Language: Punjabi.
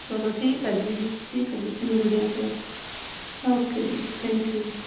ਚਲੋ ਠੀਕ ਆ ਜੀ ਠੀਕ ਆ ਜੀ ਅਸੀਂ ਮਿਲਦੇ ਆ ਫਿਰ ਓਕੇ ਜੀ ਥੈਂਕ ਯੂ